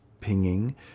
pinging